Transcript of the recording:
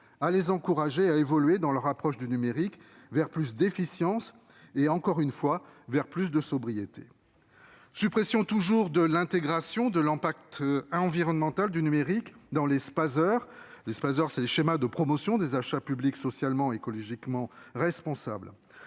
à encourager l'évolution de leur approche du numérique vers plus d'efficience et, encore une fois, vers plus de sobriété. La suppression de l'intégration de l'impact environnemental du numérique dans le schéma de promotion des achats publics socialement et écologiquement responsables